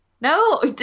No